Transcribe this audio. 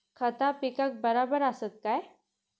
खता पिकाक बराबर आसत काय?